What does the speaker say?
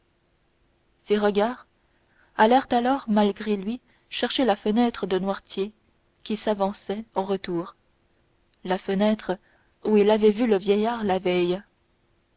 ses regards allèrent alors malgré lui chercher la fenêtre de noirtier qui s'avançait en retour la fenêtre où il avait vu le vieillard la veille